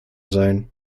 sein